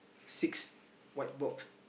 six white box